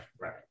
right